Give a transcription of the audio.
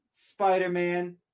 spider-man